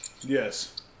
Yes